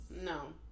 No